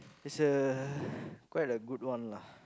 it's a quite a good one lah